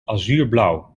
azuurblauw